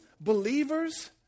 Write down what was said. believers